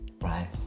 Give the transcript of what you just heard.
right